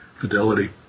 fidelity